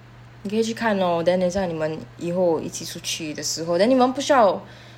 你可以去看 lor then 等下你们以后一起出去的时候 then 你们不需要